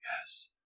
Yes